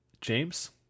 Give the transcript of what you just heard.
James